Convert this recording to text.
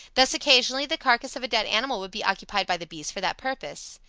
thus occasionally the carcass of a dead animal would be occupied by the bees for that purpose.